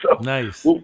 Nice